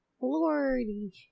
Lordy